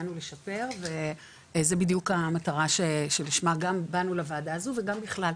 באנו לשפר וזה בדיוק המטרה שלשמה גם באנו לוועדה הזו וגם בכלל.